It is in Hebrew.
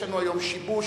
יש לנו היום שיבוש